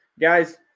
guys